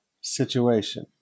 situation